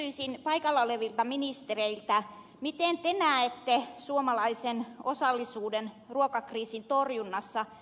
kysyisin paikalla olevilta ministereiltä miten te näette suomalaisen osallisuuden ruokakriisin torjunnassa